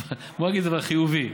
בוא נגיד דבר חיובי.